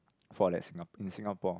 for like Sing~ in Singapore